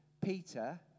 Peter